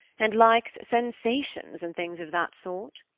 and likes sensations and things of that sort.